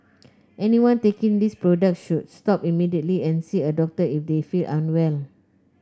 anyone taking these products should stop immediately and see a doctor if they feel unwell